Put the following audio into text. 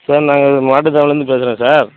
sir நான் மாட்டுத்தாவணியில் இருந்து பேசுறேன் சார்